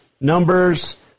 numbers